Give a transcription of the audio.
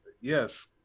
yes